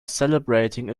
celebrating